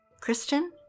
Kristen